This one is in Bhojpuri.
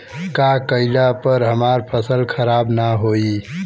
का कइला पर हमार फसल खराब ना होयी?